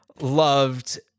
loved